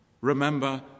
remember